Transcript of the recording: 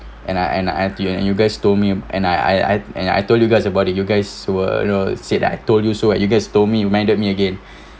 and I and I and you guys told me and I I I and I told you guys about it you guys were you know said I told you so you guys told me reminded me again